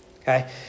Okay